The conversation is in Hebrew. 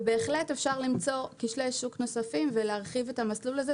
ובהחלט אפשר למצוא כשלי שוק נוספים ולהרחיב את המסלול הזה,